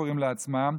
קוראים לעצמם,